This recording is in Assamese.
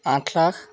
আঠ লাখ